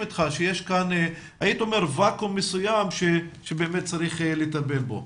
אתך שיש כאן ואקום מסוים שצריך לטפל בו.